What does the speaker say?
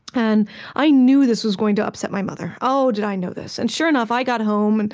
and i knew this was going to upset my mother. oh, did i know this. and sure enough, i got home, and